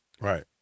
Right